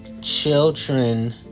children